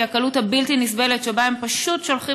כי הקלות הבלתי-נסבלת שבה הם פשוט שולחים